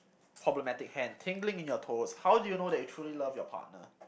problematic hand tingling in you toes how do you know that you truly love your partner